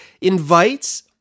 invites